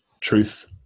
truth